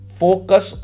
focus